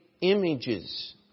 images